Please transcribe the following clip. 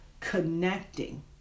connecting